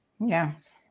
Yes